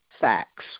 facts